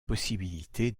possibilité